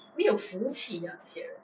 没有福气 ah 这些人